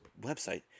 website